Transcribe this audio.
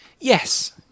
yes